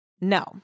No